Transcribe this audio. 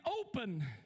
open